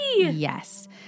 Yes